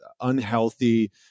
unhealthy